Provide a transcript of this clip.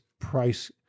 price